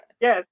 Yes